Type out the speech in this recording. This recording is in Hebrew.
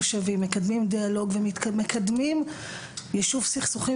שמקדם כנסת ירוקה,